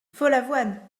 follavoine